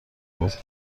بود